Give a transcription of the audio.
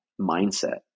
mindset